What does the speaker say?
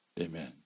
Amen